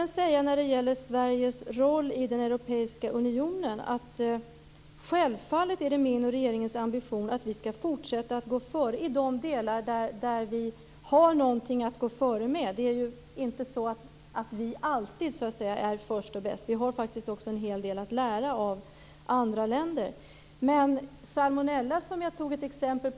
När det gäller Sveriges roll i den europeiska unionen är det självfallet min och regeringens ambition att vi skall fortsätta att gå före i de delar där vi har någonting att gå före med. Det är ju inte så att vi alltid är först och bäst. Vi har faktiskt en hel del att lära av andra länder. Jag tog upp salmonella som ett exempel.